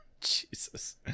Jesus